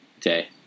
day